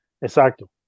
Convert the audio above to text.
Exacto